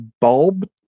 bulb